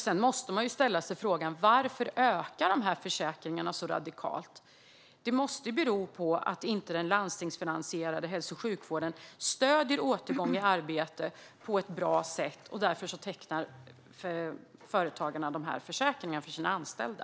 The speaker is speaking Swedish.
Man måste också ställa sig frågan varför de här försäkringarna ökar så radikalt. Det måste ju bero på att den landstingsfinansierade hälso och sjukvården inte stöder återgång i arbete på ett bra sätt och att företagarna därför tecknar de här försäkringarna för sina anställda.